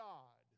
God